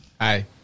Hi